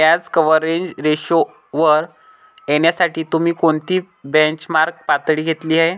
व्याज कव्हरेज रेशोवर येण्यासाठी तुम्ही कोणती बेंचमार्क पातळी घेतली आहे?